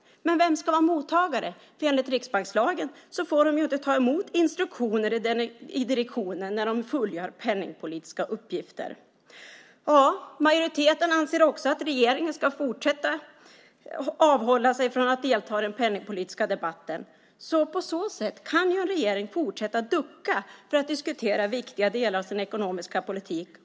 Men vem ska vara mottagare? Enligt riksbankslagen får de inte ta emot instruktioner i direktionen när de fullgör penningpolitiska uppgifter. Majoriteten anser också att regeringen ska fortsätta att avhålla sig från att delta i den penningpolitiska debatten. På så sätt kan en regering fortsätta att ducka för att diskutera viktiga delar av sin ekonomiska politik.